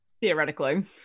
theoretically